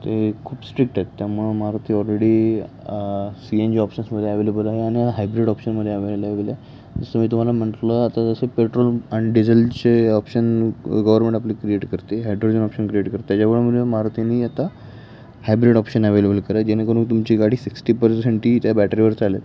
ते खूप स्ट्रिक्ट आहेत त्यामुळं Maruti already C N G ऑप्शन्समध्ये ॲवेलेबल आहे आणि हायब्रिड ऑप्शनमध्ये ॲवेलेबल आहे जसं मी तुम्हाला म्हटलं आता जसं पेट्रोल आणि डिझेलचे ऑप्शन गव्हर्मेंट आपली क्रिएट करते हायड्रोजन ऑप्शन क्रिएट करते त्याच्या मारुतीने आता हायब्रिड ऑप्शन ॲवेलेबल कराय जेणेकरून तुमची गाडी सिक्स्टी पर्सेंट ही त्या बॅटरीवर चालेल